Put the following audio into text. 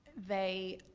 they